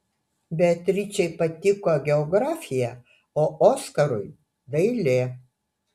beatričei patiko geografija o oskarui dailė